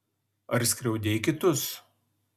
ar skriaudei kitus